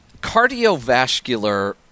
Cardiovascular